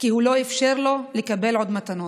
כי הוא לא אפשר לו לקבל עוד מתנות.